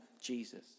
Jesus